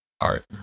art